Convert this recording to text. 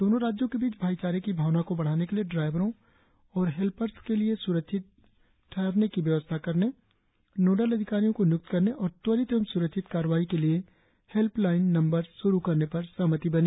दोनों राज्यों के बीच भाईचारे की भावना को बढ़ाने के लिए ड्राइवरों और हेल्पर्स के लिए सुरक्षित ठहरने की व्यवस्था करने नोडल अधिकारियों को नियुक्त करने और त्वरित एवं सुरक्षित कार्रवाई के लिए हेल्प लाईन नंबर्स श्रु करने पर सहमति बनी